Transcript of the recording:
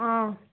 ꯑꯥ